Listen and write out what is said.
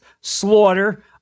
slaughter